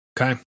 okay